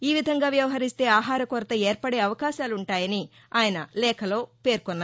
ఈ విధంగా వ్యవహరిస్తే ఆహార కొరత ఏర్పడే అవకాశాలు ఉంటాయని ఆయన లేఖలో పేర్కొన్నారు